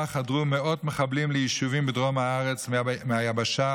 חדרו מאות מחבלים ליישובים בדרום הארץ מהיבשה,